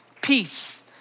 peace